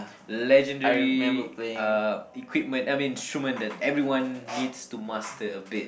legendary uh equipment I mean instrument that everyone needs to master a bit